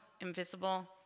invisible